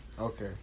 Okay